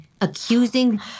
accusing